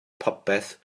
popeth